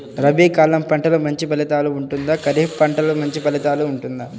రబీ కాలం పంటలు మంచి ఫలితాలు ఉంటుందా? ఖరీఫ్ పంటలు మంచి ఫలితాలు ఉంటుందా?